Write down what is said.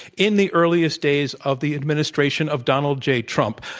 in the earliest days of the administration of donald j. trump.